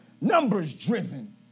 numbers-driven